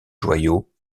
joyaux